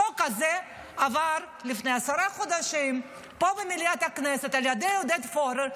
החוק הזה עבר לפני עשרה חודשים פה במליאת הכנסת על ידי עודד פורר,